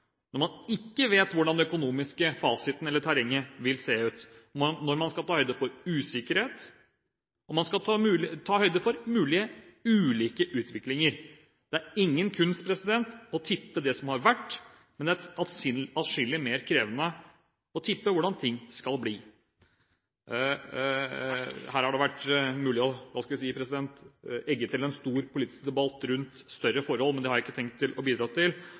når man ikke vet hvordan den økonomiske fasiten, terrenget, vil se ut, når man skal ta høyde for usikkerhet, og når man skal ta høyde for mulige utviklinger. Det er ingen kunst å tippe det som har vært. Det er atskillig mer krevende å tippe hvordan ting skal bli. Her hadde det vært – hva skal jeg si – mulig å egge til en stor politisk debatt rundt større forhold, men det har jeg ikke tenkt å bidra til,